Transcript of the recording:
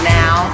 now